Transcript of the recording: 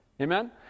Amen